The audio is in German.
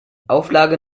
auflage